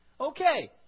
Okay